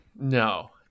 No